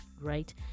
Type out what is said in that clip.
right